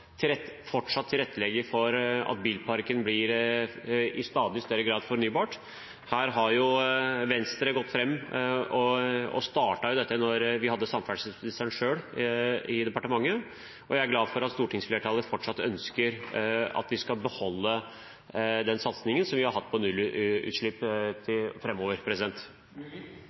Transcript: er fortsatt å tilrettelegge for at bilparken i stadig større grad blir fornybar. Her har Venstre gått foran. Vi startet dette da vi selv hadde ministeren i Samferdselsdepartementet. Jeg er glad for at stortingsflertallet fortsatt ønsker at vi framover skal beholde den satsingen som vi har hatt på nullutslipp.